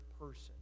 person